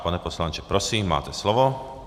Pane poslanče, prosím, máte slovo.